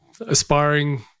aspiring